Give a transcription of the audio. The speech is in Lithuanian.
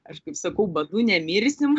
aš kaip sakau badu nemirsim